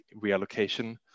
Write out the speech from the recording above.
reallocation